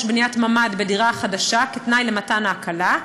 בניית ממ"ד בדירה החדשה כתנאי למתן ההקלה,